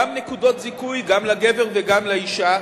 גם נקודות זיכוי, גם לגבר וגם לאשה,